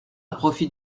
profite